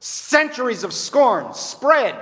centuries of scorn spread